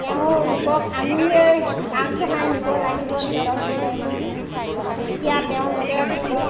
তেওঁলোকক আমিয়েই আগবঢ়াই নিব লাগিব দিনক দিনে তেতিয়া তেওঁলোকে পিছত